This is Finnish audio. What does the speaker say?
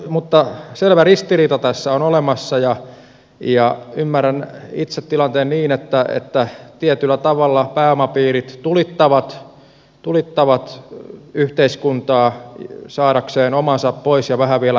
mutta selvä ristiriita tässä on olemassa ja ymmärrän itse tilanteen niin että tietyllä tavalla pääomapiirit tulittavat yhteiskuntaa saadakseen omansa pois ja vähän vielä päälle korkoja